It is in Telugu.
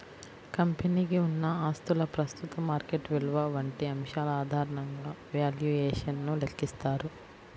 కంపెనీకి ఉన్న ఆస్తుల ప్రస్తుత మార్కెట్ విలువ వంటి అంశాల ఆధారంగా వాల్యుయేషన్ ను లెక్కిస్తారు